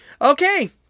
Okay